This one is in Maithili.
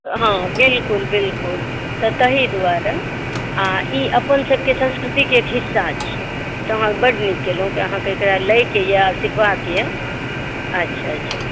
हाँ बिलकुल बिलकुल तऽ ताहि दुआरे आ ई अपन सबकेँ संस्कृतिकेँ हिस्सा छियै तऽ अहाँ बड़ नीक कयलहुँ तऽ अहाँकेँ एकरा लै केँ यऽ सीखबाक यऽ अच्छा अच्छा